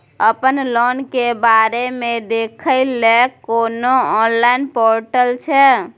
अपन लोन के बारे मे देखै लय कोनो ऑनलाइन र्पोटल छै?